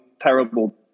terrible